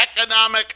economic